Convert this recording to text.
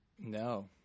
No